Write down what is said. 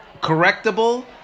correctable